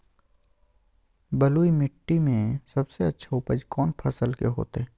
बलुई मिट्टी में सबसे अच्छा उपज कौन फसल के होतय?